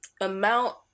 amount